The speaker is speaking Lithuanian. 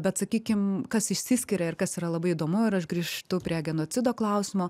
bet sakykim kas išsiskiria ir kas yra labai įdomu ir aš grįžtu prie genocido klausimo